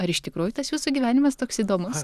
ar iš tikrųjų tas jūsų gyvenimas toks įdomus